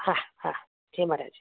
હા હા જય મહારાજ